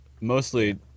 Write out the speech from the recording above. Mostly